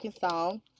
song